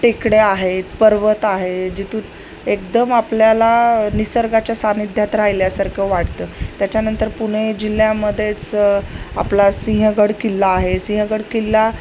टेकड्या आहेत पर्वत आहे जिथू एकदम आपल्याला निसर्गाच्या सानिध्यात राहिल्यासारखं वाटतं त्याच्यानंतर पुणे जिल्ह्यामध्येच आपला सिंहगड किल्ला आहे सिंहगड किल्ला